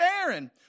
Aaron